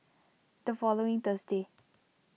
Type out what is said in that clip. the following Thursday